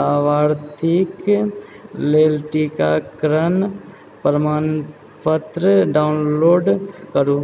लाभार्थीके लेल टीकाकरणक प्रमाणपत्र डाउनलोड करु